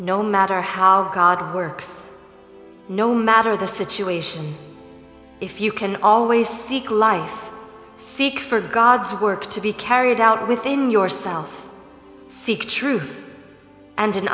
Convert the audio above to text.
no matter how god works no matter the situation if you can always seek life seek for god's work to be carried out within yourself seek truth and an